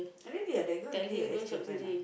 ah really ah that girl really your ex girlfriend ah